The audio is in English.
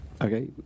Okay